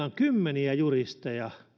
on kymmeniä juristeja